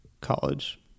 college